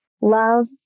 love